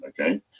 okay